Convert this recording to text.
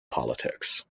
politics